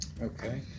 Okay